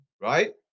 right